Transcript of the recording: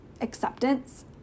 acceptance